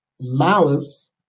malice